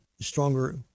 stronger